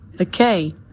okay